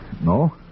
No